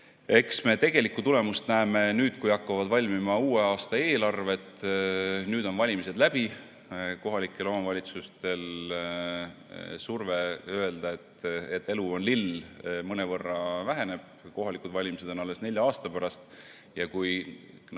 Eks me tegelikku tulemust näeme siis, kui hakkavad valmima uue aasta eelarved. Nüüd on valimised läbi ja kohalikel omavalitsustel surve öelda, et elu on lill, mõnevõrra väheneb. Kohalikud valimised on alles nelja aasta pärast. Kõik